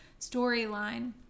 storyline